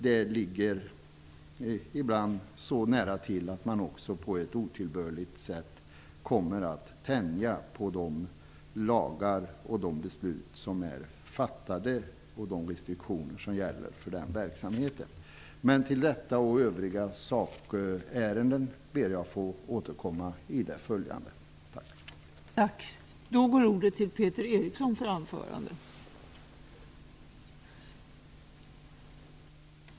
Det ligger ibland nära till att man också på ett otillbörligt sätt kommer att tänja på de lagar och de beslut som är fattade och de restriktioner som gäller för den verksamheten. Men till detta och övriga sakärenden ber jag att få återkomma i det följande.